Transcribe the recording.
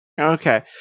Okay